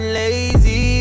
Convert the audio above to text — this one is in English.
lazy